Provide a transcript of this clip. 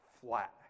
flat